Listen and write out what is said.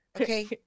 Okay